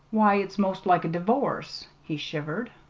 why, it's most like a d'vorce! he shivered.